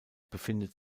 befindet